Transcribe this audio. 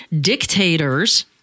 dictators